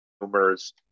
boomers